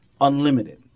unlimited